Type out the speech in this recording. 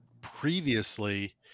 previously